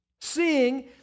seeing